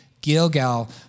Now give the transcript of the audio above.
Gilgal